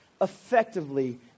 effectively